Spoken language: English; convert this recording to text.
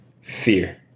fear